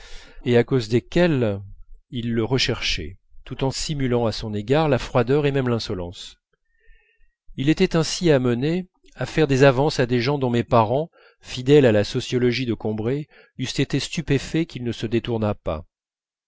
et à cause desquelles ils le recherchaient tout en simulant à son égard la froideur et même l'insolence il était ainsi amené à faire des avances à des gens dont mes parents fidèles à la sociologie de combray eussent été stupéfaits qu'il ne se détournât pas